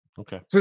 Okay